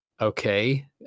okay